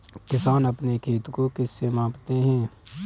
किसान अपने खेत को किससे मापते हैं?